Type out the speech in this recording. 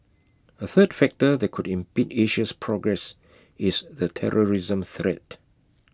A third factor that could impede Asia's progress is the terrorism threat